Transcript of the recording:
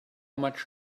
much